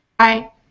Hi